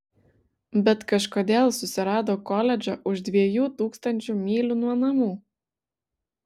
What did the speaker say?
bet kažkodėl susirado koledžą už dviejų tūkstančių mylių nuo namų